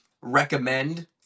recommend